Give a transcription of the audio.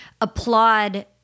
applaud